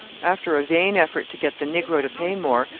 after a vain effort to get the negro to pay more,